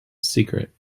secret